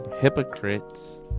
hypocrites